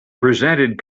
presented